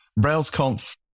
RailsConf